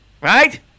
Right